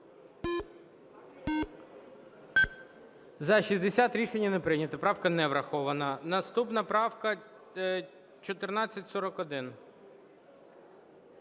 За-62 Рішення не прийнято, правка не врахована. Наступна 1459.